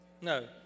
No